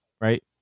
right